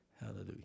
Hallelujah